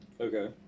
Okay